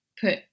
put